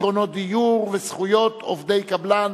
פתרונות דיור וזכויות עובדי קבלן,